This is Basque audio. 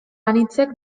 anitzek